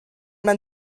man